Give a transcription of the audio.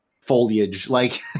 foliage—like